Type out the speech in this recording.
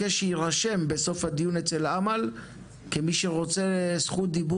אני רוצה ראשית להתנצל בפני מי שלא הספיק לדבר